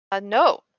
no